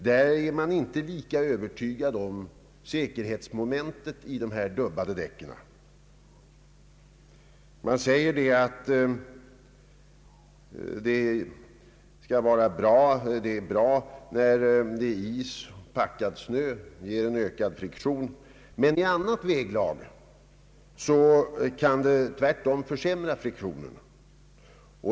Där är man inte lika övertygad om säkerhetsmomentet i dessa dubbade däck. Man säger att de är bra på is och packad snö. De ger då en ökad friktion. Men i annat väglag kan de tvärtom försämra friktionen.